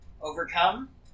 overcome